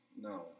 No